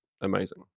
amazing